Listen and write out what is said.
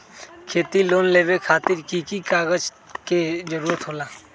खेती लोन लेबे खातिर की की कागजात के जरूरत होला?